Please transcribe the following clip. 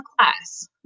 class